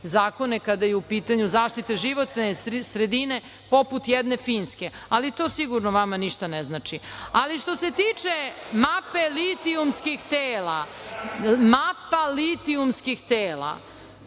zakone kada je u pitanju zaštita životne sredine, poput jedne Finske. Ali, to sigurno vama ništa ne znači. Što se tiče mape litijumskih tela, kao što sam